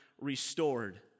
restored